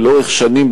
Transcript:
ולאורך שנים,